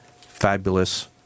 fabulous